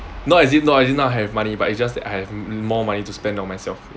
no as in no as in now I have money but it's just that I have more money to spend on myself